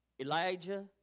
Elijah